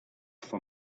for